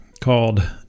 called